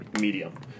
medium